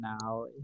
now